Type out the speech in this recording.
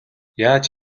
яаж